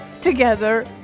together